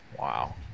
Wow